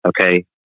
okay